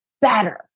better